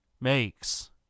makes